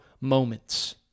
moments